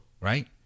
right